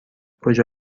کجا